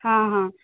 हां हां